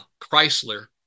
Chrysler